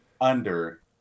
under-